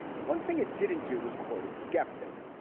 and one thing it didn't do was, quote, a skeptic.